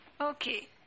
Okay